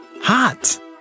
hot